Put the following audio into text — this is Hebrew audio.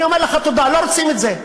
אני אומר לך: תודה, לא רוצים את זה.